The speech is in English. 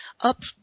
up